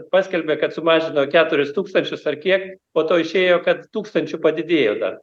paskelbė kad sumažino keturis tūkstančius ar kiek po to išėjo kad tūkstančiu padidėjo dar